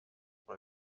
pour